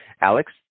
Alex